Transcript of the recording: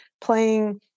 playing